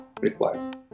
required